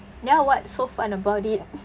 ya what's so fun about it